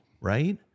right